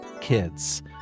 kids